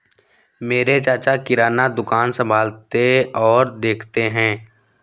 मेरे चाचा किराना दुकान संभालते और देखते हैं